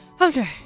Okay